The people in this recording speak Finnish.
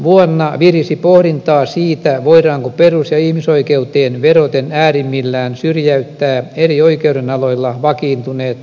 kertomusvuonna virisi pohdintaa siitä voidaanko perus ja ihmisoikeuteen vedoten äärimmillään syrjäyttää eri oikeudenaloilla vakiintuneet oikeuslähdeperiaatteet